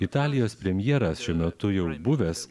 italijos premjeras šiuo metu jau buvęs